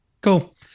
Cool